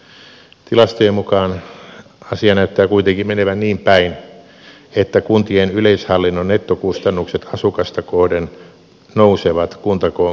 tilastojen mukaan asia näyttää kuitenkin menevän niin päin että kuntien yleishallinnon nettokustannukset asukasta kohden nousevat kuntakoon kasvaessa